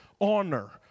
Honor